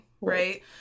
right